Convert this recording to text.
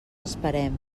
esperem